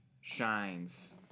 shines